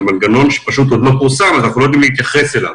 זה מנגנון שפשוט עוד לא פורסם ואנחנו לא יודעים להתייחס אליו.